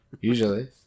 Usually